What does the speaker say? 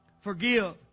Forgive